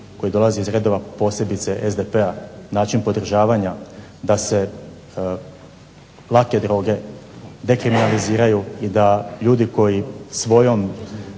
koji dolazi iz redova, posebice SDP-a, način podržavanja da se lake droge dekriminaliziraju i da ljudi koji svojom